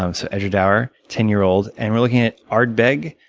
um so edradour ten year old. and we're looking at ardbeg,